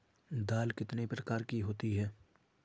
दाल कितने प्रकार की होती है?